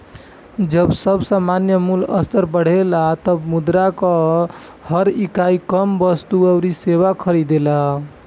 जब सामान्य मूल्य स्तर बढ़ेला तब मुद्रा कअ हर इकाई कम वस्तु अउरी सेवा खरीदेला